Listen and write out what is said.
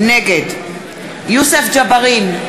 נגד יוסף ג'בארין,